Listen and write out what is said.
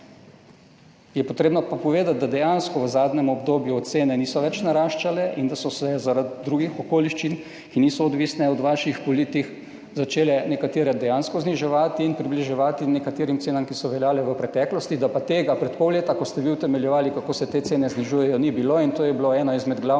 Je pa treba povedati, da dejansko v zadnjem obdobju cene niso več naraščale in da so se zaradi drugih okoliščin, ki niso odvisne od vaših politik, začele nekatere dejansko zniževati in približevati nekaterim cenam, ki so veljale v preteklosti, tega pa pred pol leta, ko ste vi utemeljevali, kako se te cene znižujejo, ni bilo, in to je bil en izmed glavnih